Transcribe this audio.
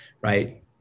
right